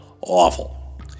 awful